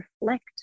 reflect